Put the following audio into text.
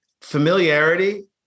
familiarity